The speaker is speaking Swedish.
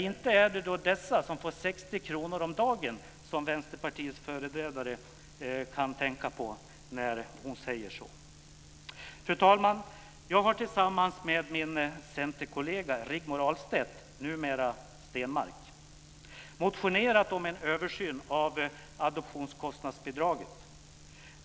Inte kan det vara de som får 60 kr om dagen som Vänsterpartiets företrädare tänker på när hon säger så. Fru talman! Jag har tillsammans med min centerkollega Rigmor Ahlstedt, numera Stenmark, motionerat om en översyn av adoptionskostnadsbidraget.